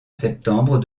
septembre